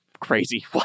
Crazy